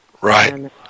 Right